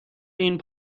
این